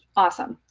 awesome.